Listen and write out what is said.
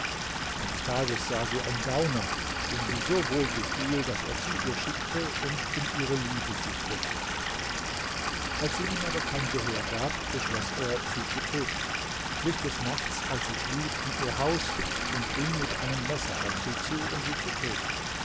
eines tages sah sie ein gauner dem sie so wohl gefiel daß er zu ihr schickte und um ihre liebe sich bewarb als sie ihm aber kein gehör gab beschloß er sie zu töten schlich des nachts als sie schlief in ihr haus und ging mit einem messer auf sie zu um sie zu töten